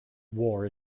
war